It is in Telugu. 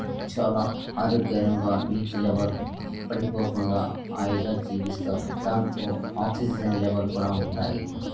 చాలా ఆరోగ్యంగా నీటి లెవెల్ పడిపోకుండా హాయిగా జీవిస్తారు దాంట్లో ఆక్సిజన్ లెవెల్ కూడా ఉంటాయి